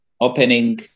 opening